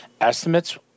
Estimates